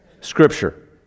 Scripture